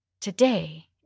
Today